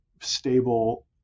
stable